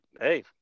hey